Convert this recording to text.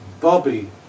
Bobby